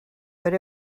but